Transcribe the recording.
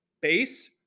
base